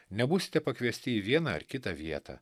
nebūsite pakviesti į vieną ar kitą vietą